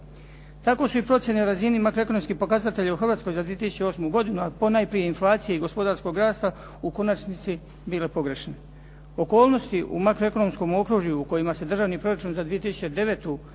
Tako su i procjene o razini makroekonomskih pokazatelja u Hrvatskoj za 2008. godinu, a ponajprije inflacije i gospodarskog rasta u konačnici bile pogrešne. Okolnosti u makroekonomskom okružju u kojima se Državni proračun za 2009.